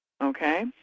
Okay